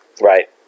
Right